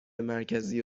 مرکزی